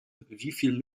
wieviele